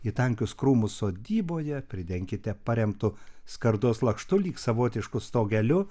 į tankius krūmus sodyboje pridenkite paremtu skardos lakštu lyg savotišku stogeliu